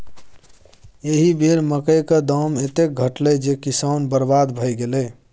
एहि बेर मकई क दाम एतेक घटलै जे किसान बरबाद भए गेलै